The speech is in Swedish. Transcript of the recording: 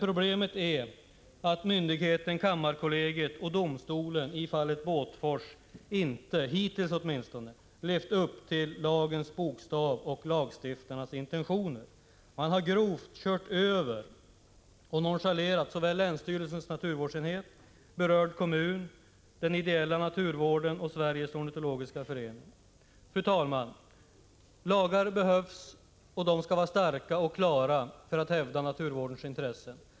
Problemet är emellertid att kammarkollegiet och domstolen åtminstone inte hittills i fallet Båtforsen levt upp till lagens bokstav och lagstiftarnas intentioner. Myndighetérna har grovt nonchalerat såväl länsstyrelsens naturvårdsenhet som berörd kommun, den ideella naturvården och Sveriges ornitologiska förening. Fru talman! Lagar behövs, och de skall vara starka och klara för att hävda naturvårdens intressen.